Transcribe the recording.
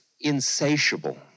insatiable